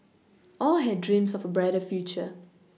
all had dreams of a brighter future